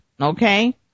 Okay